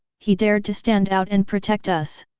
he dared to stand out and protect us.